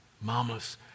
mamas